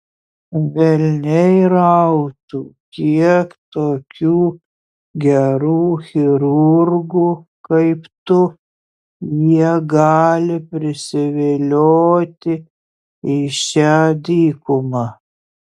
velniai rautų kiek tokių gerų chirurgų kaip tu jie gali prisivilioti į šią dykumą